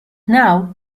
now